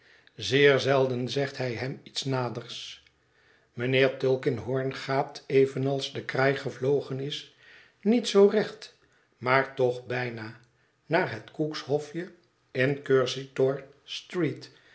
zeer zelden zegt hij hem iets naders mijnheer tulkinghorn gaat evenals de kraai gevlogen is niet zoo recht maar toch bijna naar het cook's hofj e in cursitor street